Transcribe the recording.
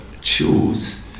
choose